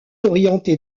orienté